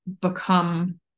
become